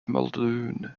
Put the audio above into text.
muldoon